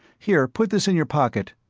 here, put this in your pocket,